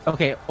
Okay